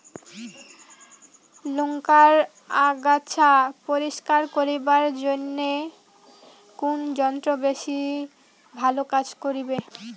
লংকার আগাছা পরিস্কার করিবার জইন্যে কুন যন্ত্র বেশি ভালো কাজ করিবে?